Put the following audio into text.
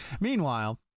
Meanwhile